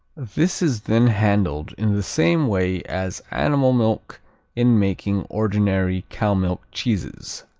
this is then handled in the same way as animal milk in making ordinary cow-milk cheeses.